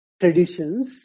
traditions